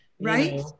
Right